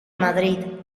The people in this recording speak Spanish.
madrid